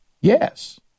Yes